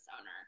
owner